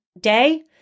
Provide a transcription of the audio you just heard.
day